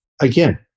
Again